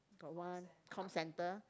got one com center